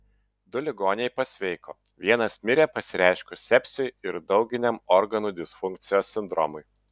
du ligoniai pasveiko vienas mirė pasireiškus sepsiui ir dauginiam organų disfunkcijos sindromui